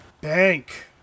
Bank